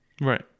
Right